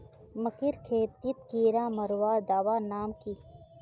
मकई खेतीत कीड़ा मारवार दवा नाम की?